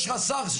יש רס"ר,